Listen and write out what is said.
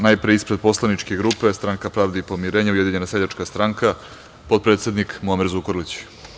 Najpre, ispred poslaničke grupe Stranka pravde i pomirenja, Ujedinjena seljačka stranka, potpredsednik Muamer Zukorlić.